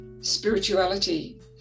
spirituality